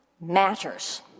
matters